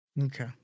Okay